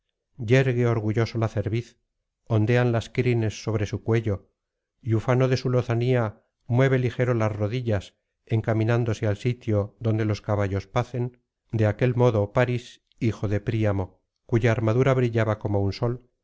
yergue orgulloso la cerviz ondean las crines sobre su cuello y ufano de su lozanía mueve ligero las rodillas encaminándose al sitio donde los caballos pacen de aquel modo parís hijo de príamo cuya armadura brillaba como un sol